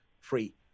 free